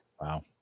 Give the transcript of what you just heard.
wow